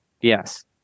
Yes